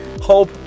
hope